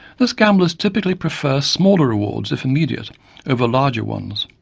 thus gamblers typically prefer smaller rewards if immediate over larger ones.